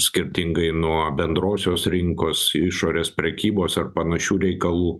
skirtingai nuo bendrosios rinkos išorės prekybos ar panašių reikalų